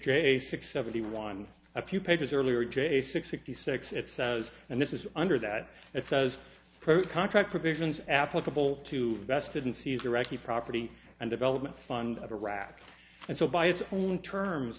a six seventy one a few pages earlier today six sixty six it says and this is under that it says contract provisions applicable to vested in caesar recchi property and development fund of iraq and so by its own terms